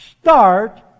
Start